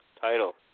title